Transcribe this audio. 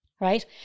Right